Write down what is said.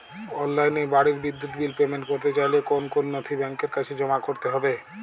অনলাইনে বাড়ির বিদ্যুৎ বিল পেমেন্ট করতে চাইলে কোন কোন নথি ব্যাংকের কাছে জমা করতে হবে?